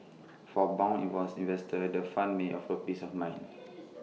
for Bond investors the fund may offer peace of mind